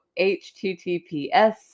HTTPS